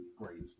great